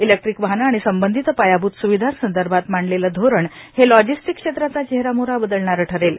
electric वाहने आणि संबंधित पायाभूत स्विधांसंदर्भात मांडलेले धोरण हे लॉजिस्टिक क्षेत्राचा चेहरामोहरा बदलणारे ठरेल